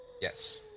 Yes